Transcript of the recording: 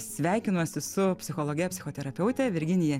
sveikinuosi su psichologe psichoterapeute virginija